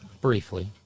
briefly